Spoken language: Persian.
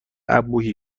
انبوهی